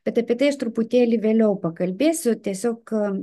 bet apie tai aš truputėlį vėliau pakalbėsiu tiesiog